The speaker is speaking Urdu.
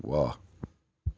واہ